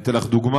אני אתן לך דוגמה.